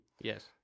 yes